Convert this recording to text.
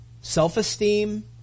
self-esteem